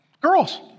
girls